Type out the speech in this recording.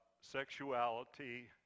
sexuality